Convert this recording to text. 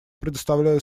предоставляю